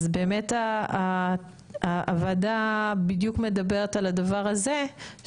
אז באמת הוועדה בדיוק מדברת על הדבר הזה,